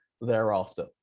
thereafter